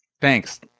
Thanks